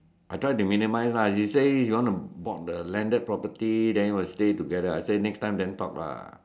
I try to minimize ah she say you want to bought the landed property then stay together ah I say next time then talk lah